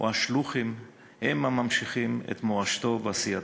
או השלוחים, הם הממשיכים את מורשתו ועשייתו.